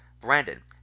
Brandon